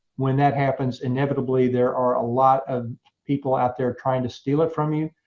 when that happens, inevitably there are a lot of people out there trying to steal it from you.